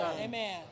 Amen